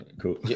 Cool